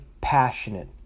passionate